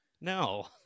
No